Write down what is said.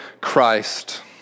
Christ